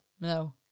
No